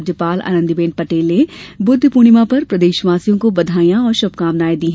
राज्यपाल आनंदीबेन पटेल ने बुद्ध पूर्णिमा पर प्रदेशवासियों को बधाई और श्रभकामनाएँ दी हैं